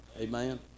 amen